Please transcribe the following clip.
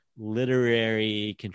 literary